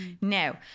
Now